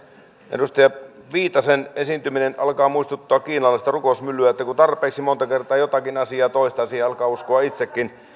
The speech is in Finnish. edustaja viitasen esiintyminen alkaa muistuttaa kiinalaista rukousmyllyä kun kun tarpeeksi monta kertaa jotakin asiaa toistaa siihen alkaa uskoa itsekin